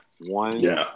One